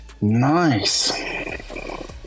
nice